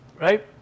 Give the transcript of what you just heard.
right